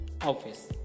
office